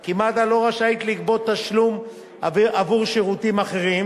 כי מד"א לא רשאית לגבות תשלום עבור שירותים אחרים,